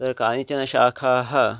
तत्र कानिचन शाखाः